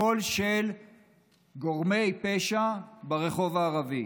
הכול של גורמי פשע ברחוב הערבי,